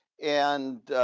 and